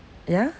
ya